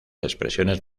expresiones